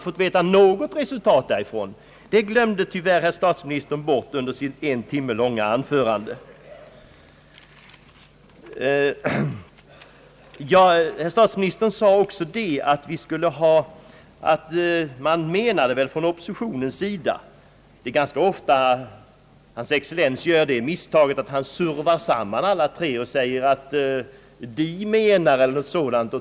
Det glömde statsministern tyvärr bort under sitt en timme långa anförande. Herr statsministern sade också att oppositionens mening väl var att det skulle bli en mera politisk budget. Herr statsministern gör ofta det misstaget att han för samman alla tre oppositionspartierna och säger att »de» anser.